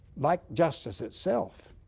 like justice itself,